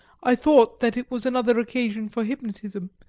i thought that it was another occasion for hypnotism,